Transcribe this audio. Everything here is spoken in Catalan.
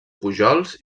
pujols